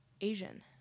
Asian